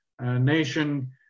nation